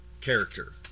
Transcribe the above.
character